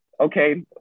Okay